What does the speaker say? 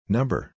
Number